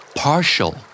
partial